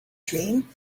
dream